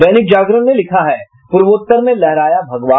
दैनिक जागरण ने लिखा है पूर्वोत्तर में लहराया भगवा